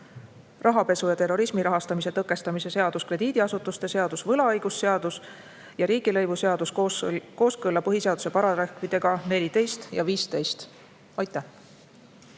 rahapesu ja terrorismi rahastamise tõkestamise seadus, krediidiasutuste seadus, võlaõigusseadus ja riigilõivuseadus kooskõlla põhiseaduse §‑dega 14 ja 15. Aitäh!